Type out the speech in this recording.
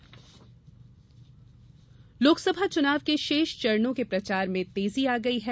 चुनाव प्रचार लोकसभा चुनाव के शेष चरणों के प्रचार में तेजी आ गई है